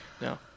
No